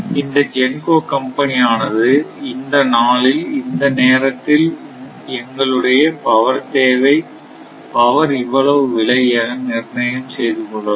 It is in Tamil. இந்த GENCO கம்பெனி ஆனது இந்த நாளில் இந்த நேரத்தில் எங்களுடைய பவர் இவ்வளவு விலை என நிர்ணயம் செய்துகொள்ளலாம்